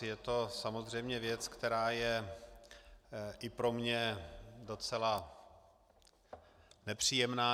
Je to samozřejmě věc, která je i pro mne docela nepříjemná.